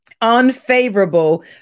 Unfavorable